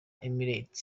emirates